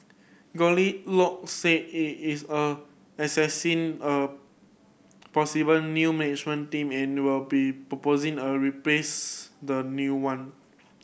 Goldilock said it is a assessing a possible new management team and will be proposing a replace the new one